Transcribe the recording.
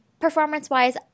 Performance-wise